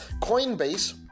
coinbase